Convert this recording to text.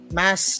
mas